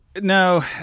no